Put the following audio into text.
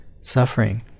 suffering